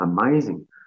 amazing